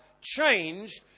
changed